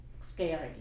scary